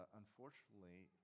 unfortunately